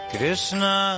Krishna